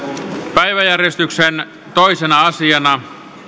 päiväjärjestyksen toisena asiana